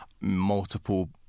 Multiple